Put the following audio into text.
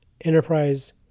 Enterprise